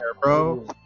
bro